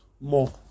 more